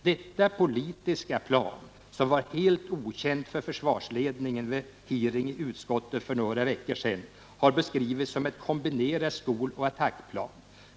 Detta politiska plan, som var helt okänt för försvarsledningen vid hearing i utskottet för några veckor sedan, har beskrivits som ett kombinerat skoloch attackplan.